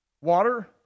water